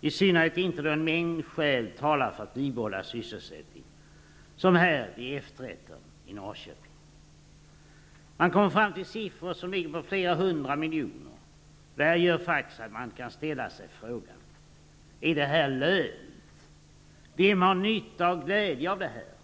i synnerhet inte då en mängd skäl talar för att man skall bibehålla sysselsättningen, som vid Vid de gjorda beräkningarna kommer man fram till siffror som ligger på flera hundra miljoner. Det gör faktiskt att man kan ställa sig frågan: Är det här lönt? Vem har nytta och glädje av detta?